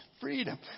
freedom